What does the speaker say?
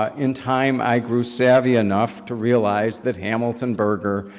ah in time, i grew savvy enough to realize that hamilton burger,